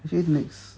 okay next